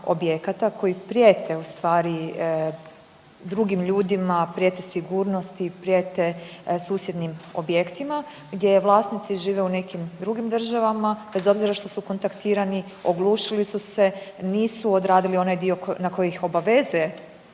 koji prijete, u stvari, drugim ljudima, prijete sigurnosti, prijete susjednim objektima, gdje vlasnici žive u nekim drugim državama, bez obzira što su kontaktirani, oglušili su se, nisu odradili onaj dio na koji ih obavezuje